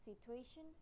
situation